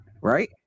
right